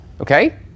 Okay